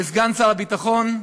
לסגן שר הביטחון,